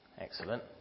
Excellent